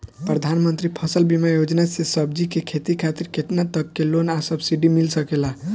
प्रधानमंत्री फसल बीमा योजना से सब्जी के खेती खातिर केतना तक के लोन आ सब्सिडी मिल सकेला?